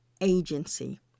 agency